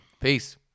Peace